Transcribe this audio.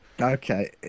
Okay